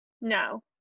No